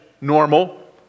normal